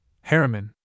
Harriman